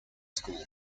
school